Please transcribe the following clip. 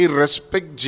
respect